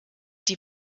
die